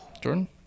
Jordan